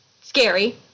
scary